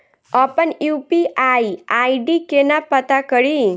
अप्पन UPI ID केना पत्ता कड़ी?